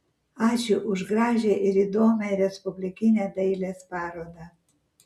ačiū už gražią ir įdomią respublikinę dailės parodą